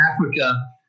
Africa